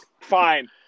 fine